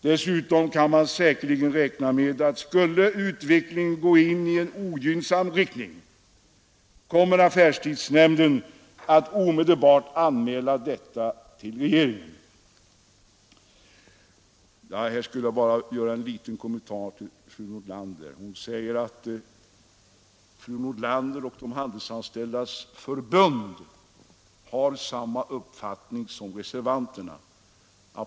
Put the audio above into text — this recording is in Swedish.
Dessutom kan man säkerligen räkna med att skulle utvecklingen gå i en ogynnsam riktning, kommer affärstidsnämnden att omedelbart anmäla detta till regeringen. I det sammanhanget skulle jag vilja göra en liten kommentar till fru Nordlander, som säger att fru Nordlander och Handelsanställdas förbund har samma uppfattning som reservanterna.